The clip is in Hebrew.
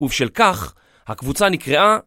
ובשל כך, הקבוצה נקראה...